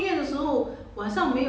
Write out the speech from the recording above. C_T M_R_I